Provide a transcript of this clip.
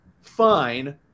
fine